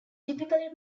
typically